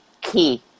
key